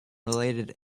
related